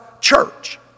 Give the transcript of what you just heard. church